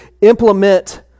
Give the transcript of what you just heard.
implement